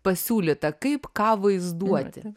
pasiūlyta kaip ką vaizduoti